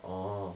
orh